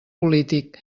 polític